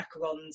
macarons